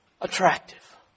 attractive